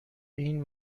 این